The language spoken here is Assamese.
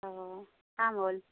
অঁ কাম হ'ল